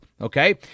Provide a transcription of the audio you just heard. Okay